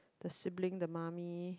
the sibling the mommy